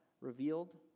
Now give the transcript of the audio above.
revealed